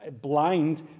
blind